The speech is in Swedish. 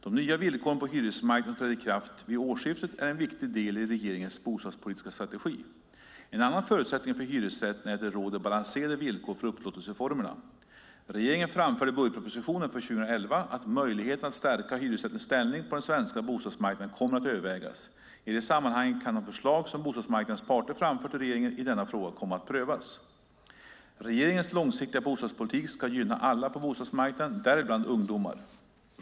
De nya villkor på hyresmarknaden som trädde i kraft vid årsskiftet är en viktig del i regeringens bostadspolitiska strategi. En annan förutsättning för hyresrätten är att det råder balanserade villkor för upplåtelseformerna. Regeringen framförde i budgetpropositionen för 2011 att möjligheten att stärka hyresrättens ställning på den svenska bostadsmarknaden kommer att övervägas. I det sammanhanget kan de förslag som bostadsmarknadens parter framfört till regeringen i denna fråga komma att prövas. Regeringens långsiktiga bostadspolitik ska gynna alla på bostadsmarknaden, däribland ungdomar.